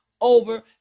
over